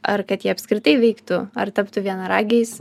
ar kad jie apskritai veiktų ar taptų vienaragiais